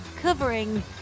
covering